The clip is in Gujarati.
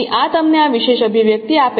તેથી આ તમને આ વિશેષ અભિવ્યક્તિ આપે છે